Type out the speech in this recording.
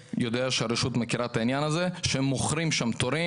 שהרשות מכירה את העניין הזה שמוכרים שם תורים,